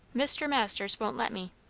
mr. masters wont let me.